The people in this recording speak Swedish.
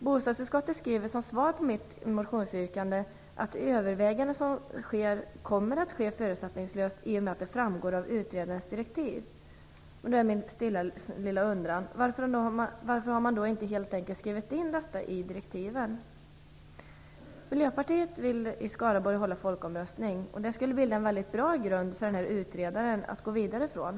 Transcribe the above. Som svar på mitt motionsyrkande skriver bostadsutskottet att de överväganden som skall ske kommer att ske förutsättningslöst i och med att det framgår av utredarens direktiv. Då är min stilla undran: Varför har man inte helt enkelt skrivit in detta i direktiven? Miljöpartiet i Skaraborg vill att det skall hållas folkomröstning. Det skulle bilda en bra grund för utredaren att gå vidare utifrån.